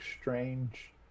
strange